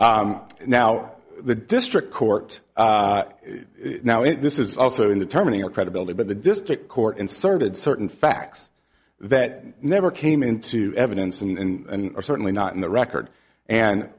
now the district court now and this is also in the terminal credibility but the district court inserted certain facts that never came into evidence and are certainly not in the record and